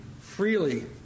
freely